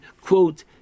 quote